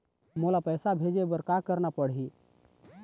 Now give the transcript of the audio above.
मोला पैसा भेजे बर का करना पड़ही?